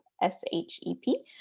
S-H-E-P